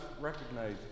recognize